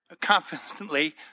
confidently